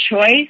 choice